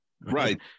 right